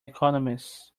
economists